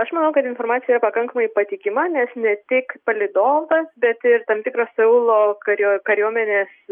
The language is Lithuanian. aš manau kad informacija pakankamai patikima nes ne tik palydovas bet ir tam tikras seulo kariųo kariuomenės